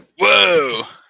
Whoa